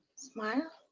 smile.